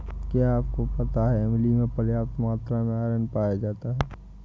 क्या आपको पता है इमली में पर्याप्त मात्रा में आयरन पाया जाता है?